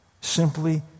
Simply